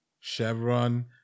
Chevron